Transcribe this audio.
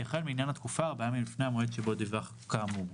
יחל מניין התקופה ארבעה לפני המועד שבו דיווח כאמור."